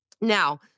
Now